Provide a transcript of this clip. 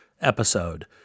episode